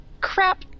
Crap